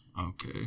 Okay